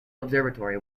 observatory